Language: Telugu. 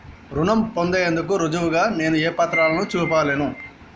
రుణం పొందేందుకు రుజువుగా నేను ఏ పత్రాలను చూపెట్టాలె?